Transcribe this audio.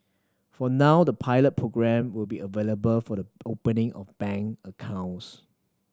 for now the pilot programme will be available for the opening of bank accounts